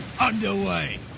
underway